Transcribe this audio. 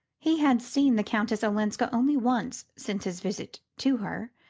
he had seen the countess olenska only once since his visit to her,